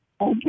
Okay